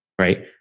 right